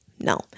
No